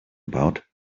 about